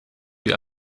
wie